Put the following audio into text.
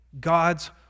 God's